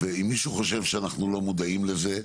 ואם מישהו חושב שאנחנו לא מודעים לזה,